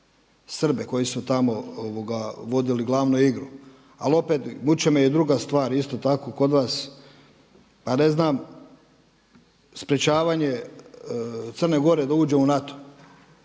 Srbe koji su tamo vodili glavnu igru. Ali opet vuče me i druga stvar isto tako kod vas pa ne znam sprječavanje Crne Gore da uđe u NATO